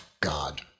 God